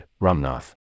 Ramnath